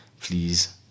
please